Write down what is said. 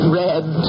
red